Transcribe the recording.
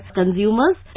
consumers